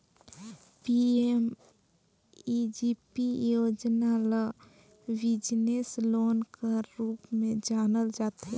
PMEGP योजना ल business loan कर रूप में जानल जाथे